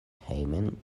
hejmon